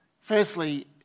Firstly